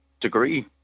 degree